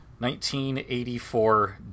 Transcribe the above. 1984